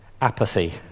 Apathy